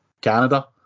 Canada